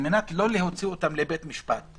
על מנת לא להוציא אותם לבית משפט,